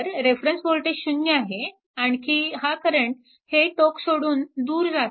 तर reference voltage 0 आहे आणखी हा करंट हे टोक सोडून दूर जात आहे